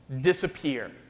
disappear